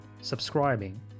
subscribing